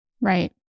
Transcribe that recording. Right